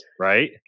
Right